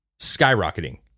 skyrocketing